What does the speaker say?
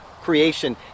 creation